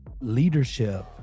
leadership